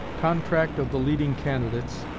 contract of the leading candidates